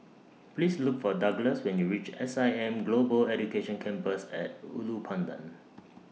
Please Look For Douglass when YOU REACH S I M Global Education Campus At Ulu Pandan